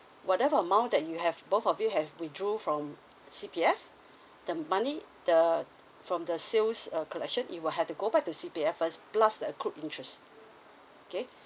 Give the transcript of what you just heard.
whatever amount that you have both of you have withdrew from C_P_F the money the from the sales uh collection it will have to go back to C_P_F first plus the accrued interest okay